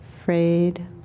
afraid